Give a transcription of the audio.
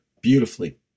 beautifully